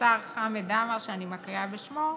השר חמד עמאר, שאני מקריאה בשמו,